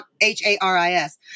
H-A-R-I-S